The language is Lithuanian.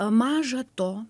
maža to